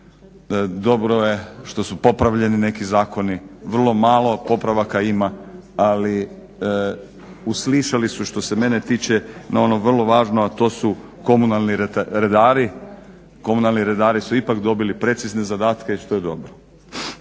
Dobro je što su popravljeni neki zakoni, vrlo malo popravaka ima ali uslišali su što se mene tiče na ono vrlo važno a to su komunalni redari. Komunalni redari su ipak dobili precizne zadatke što je dobro.